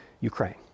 Ukraine